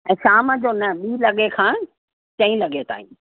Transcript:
शाम जो न ॿीं लॻे खां चईं लगे ताईं